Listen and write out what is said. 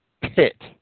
pit